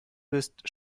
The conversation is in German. bist